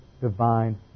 divine